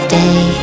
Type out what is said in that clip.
day